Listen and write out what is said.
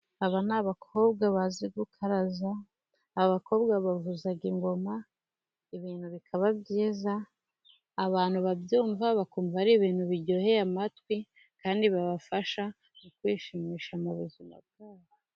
Aba ni abakobwa bazi gukaraza. Abakobwa bavuza ingoma ibintu bikaba byiza, abantu babyumva bakumva ari ibintu biryoheye amatwi, kandi babafasha kwishimisha mu buzima bwabo.